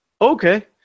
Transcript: okay